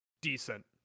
decent